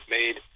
made